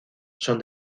son